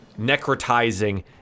necrotizing